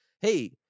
hey